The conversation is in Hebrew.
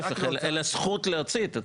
לזכות להוציא את הצו.